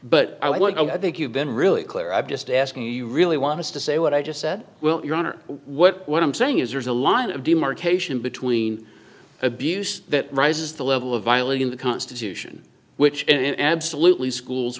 want i think you've been really clear i'm just asking you really want to say what i just said well your honor what what i'm saying is there's a line of demarcation between abuse that rises the level of violating the constitution which it absolutely schools